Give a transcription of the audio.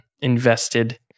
invested